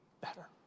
better